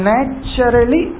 Naturally